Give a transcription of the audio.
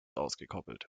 ausgekoppelt